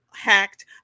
hacked